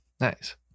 Nice